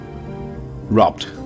robbed